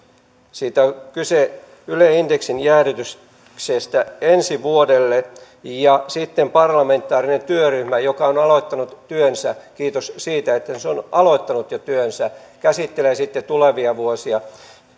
siitä on kyse yle indeksin jäädytyksestä ensi vuodelle ja parlamentaarinen työryhmä joka on aloittanut työnsä kiitos siitä että se on aloittanut jo työnsä käsittelee sitten tulevia vuosia